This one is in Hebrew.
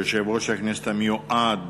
יושב-ראש הכנסת המיועד